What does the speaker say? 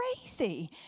crazy